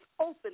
open